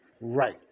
right